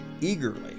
eagerly